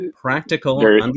practical